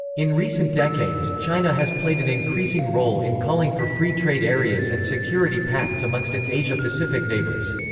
in recent decades, china has played an increasing role in calling for free trade areas and security pacts amongst its asia-pacific neighbours.